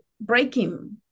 breaking